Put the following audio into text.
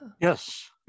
yes